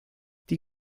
die